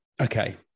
okay